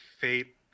fate